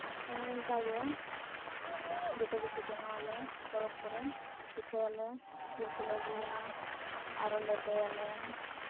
ᱦᱳᱭ ᱚᱱᱠᱟᱜᱮ ᱡᱚᱛᱚ ᱠᱤᱪᱷᱩ ᱵᱮᱱᱟᱣᱟᱞᱮ ᱯᱚᱨᱚᱵᱽ ᱠᱚᱨᱮ ᱯᱤᱴᱷᱟᱹᱭᱟᱞᱮ ᱡᱤᱞ ᱠᱚᱞᱮ ᱟᱹᱜᱩᱭᱟ ᱟᱨᱚ ᱞᱮᱴᱚᱭᱟᱞᱮ